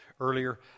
earlier